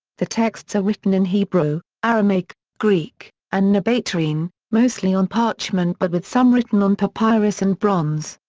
the texts are written in hebrew, aramaic, greek, and nabataean, mostly on parchment but with some written on papyrus and bronze.